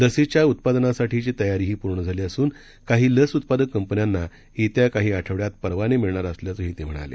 लसीच्या उत्पादनासाठीची तयारीही पूर्ण झाली असून काही लस उत्पादक कंपन्यांना येत्या काही आठवड्यात परवाने मिळणार असल्याचंही ते म्हणले